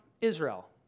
Israel